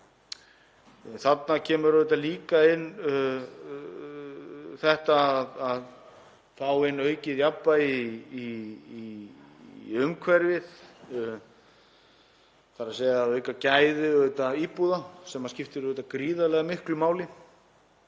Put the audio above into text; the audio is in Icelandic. Þarna kemur líka inn að fá aukið jafnvægi í umhverfið, þ.e. að auka gæði íbúða, sem skiptir gríðarlega miklu máli.